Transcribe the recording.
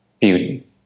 beauty